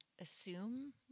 assume